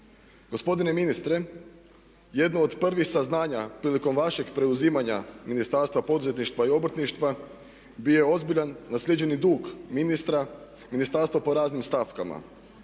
Gospodine ministre jedno od prvih saznanja prilikom vašeg preuzimanja Ministarstva poduzetništva i obrtništva bio je ozbiljan naslijeđeni dug ministarstva po raznim stavkama.